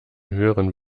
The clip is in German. höheren